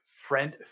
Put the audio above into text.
Friend